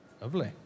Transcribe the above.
Lovely